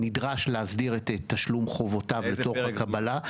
נדרש להסדיר את תשלום חובותיו לצורך הקבלה.